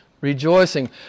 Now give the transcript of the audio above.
rejoicing